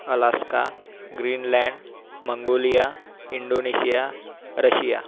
alaska Greenland Mongolia Indonesia Russia